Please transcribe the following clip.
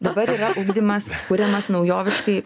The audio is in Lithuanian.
dabar yra ugdymas kuriamas naujoviškai